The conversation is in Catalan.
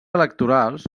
electorals